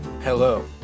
hello